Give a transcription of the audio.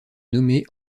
nommée